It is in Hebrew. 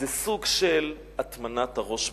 זה סוג של הטמנת הראש בחול.